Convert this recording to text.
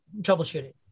troubleshooting